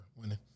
winning